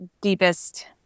deepest